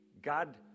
God